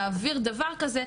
להעביר דבר כזה,